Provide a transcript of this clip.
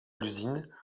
l’usine